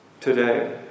today